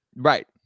Right